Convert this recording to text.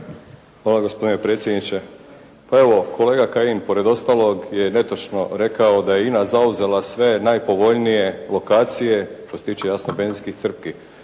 Hvala gospodine predsjedniče. Pa evo kolega Kajin pored ostalog je netočno rekao da je INA zauzela sve najpovoljnije lokacije što se tiče jasno benzinskih crpki.